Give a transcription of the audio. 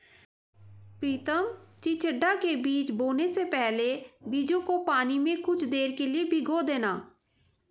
प्रितम चिचिण्डा के बीज बोने से पहले बीजों को पानी में कुछ देर के लिए भिगो देना